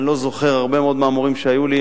אני לא זוכר הרבה מאוד מהמורים שהיו לי,